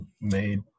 made